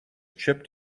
chipped